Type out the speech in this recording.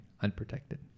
unprotected